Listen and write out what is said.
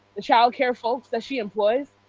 the childcare folks that she employs.